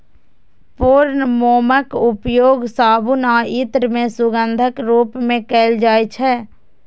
पूर्ण मोमक उपयोग साबुन आ इत्र मे सुगंधक रूप मे कैल जाइ छै